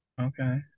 Okay